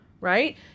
Right